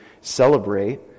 celebrate